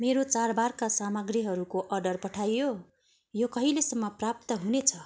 मेरो चाडबाडका सामग्रीहरूको अर्डर पठाइयो यो कहिलेसम्म प्राप्त हुनेछ